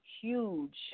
huge